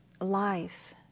life